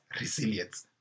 resilience